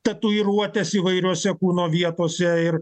tatuiruotės įvairiose kūno vietose ir